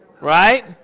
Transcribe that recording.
right